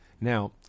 Now